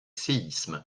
séismes